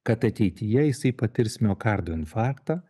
kad ateityje jisai patirs miokardo infarktą